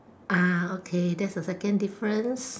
uh okay that's a second difference